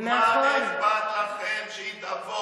מה אכפת לכם שהיא תעבוד?